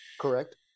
Correct